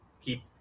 keep